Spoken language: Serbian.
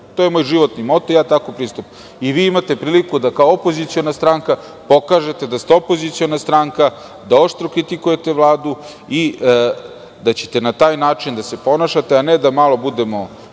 To je moj životni moto i tako pristupam. Vi imate priliku, kao opoziciona stranka, da pokažete da ste opoziciona stranka, da oštro kritikujete Vladu i da ćete na taj način da se ponašate, a ne da malo budemo